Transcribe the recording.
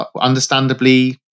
understandably